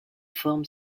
forme